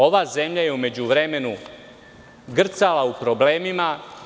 Ova zemlja je u međuvremenu grcala u problemima.